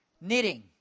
knitting